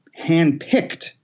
handpicked